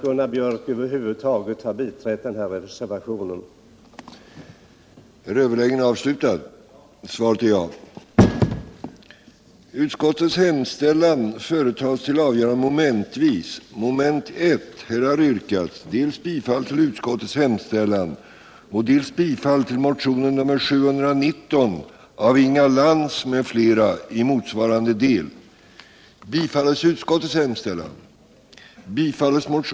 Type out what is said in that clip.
Jag är förvånad över att Gunnar Biörck har biträtt denna reservation över huvud taget.